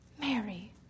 Mary